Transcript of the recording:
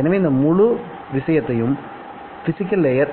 எனவே இந்த முழு விஷயத்தையும் பிசிகல் லேயர்